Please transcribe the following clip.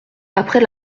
après